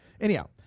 Anyhow